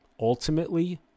Ultimately